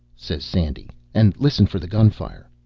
says sandy, and listen for the gun-fire.